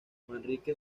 manrique